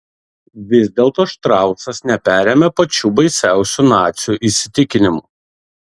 vis dėlto štrausas neperėmė pačių baisiausių nacių įsitikinimų